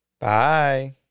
Bye